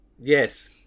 Yes